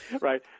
right